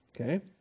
Okay